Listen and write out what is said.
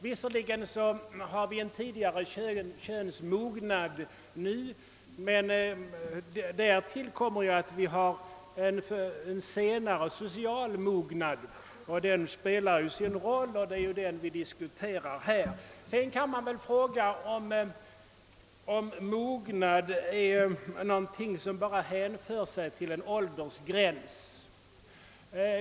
Visserligen inträffar könsmognaden tidigare nu än förr men i stället har vi en senare social mognad. Den spelar en viktig roll och det är denna vi diskuterar här. Man kan fråga sig om mognad är någonting som bara hänför sig till åldern.